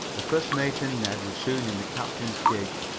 the first mate and ned were soon in the captain's gig,